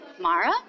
Mara